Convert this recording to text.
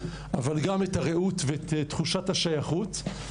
אבל גם את הריהוט ואת תחושת השייכות.